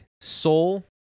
soul